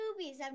movies